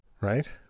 Right